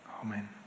Amen